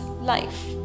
life